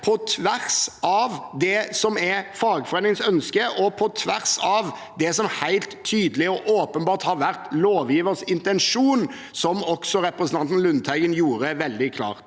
på tvers av det som er fagforeningens ønske, og på tvers av det som helt tydelig og åpenbart har vært lovgivers intensjon, som også representanten Lundteigen gjorde veldig klart.